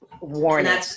warning